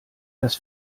das